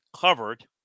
covered